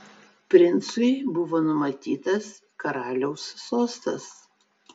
princui buvo numatytas karaliaus sostas